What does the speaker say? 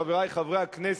חברי חברי הכנסת,